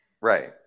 Right